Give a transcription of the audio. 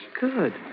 Good